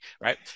Right